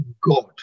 God